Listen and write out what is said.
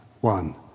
one